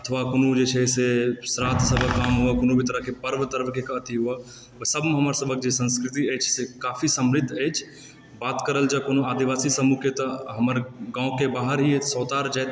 अथवा कोनो जे छै से श्राद्ध सभक काम हुए कोनो भी तरह के पर्व तर्व के अथी हुए सबमे हमर सबहक जे संस्कृति अछि से काफी समृद्ध अछि बात कयल जै कोनो आदिवासी समूह के तऽ हमर गाँव के बाहर ही अछि सोहतार जाति